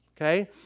okay